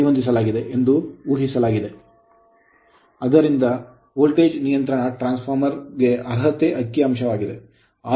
ಆದ್ದರಿಂದ ವೋಲ್ಟೇಜ್ ನಿಯಂತ್ರಣವು transformer ಗೆ ಅರ್ಹತೆಯ ಅಂಕಿಅಂಶವಾಗಿದೆ